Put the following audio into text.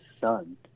son